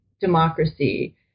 democracy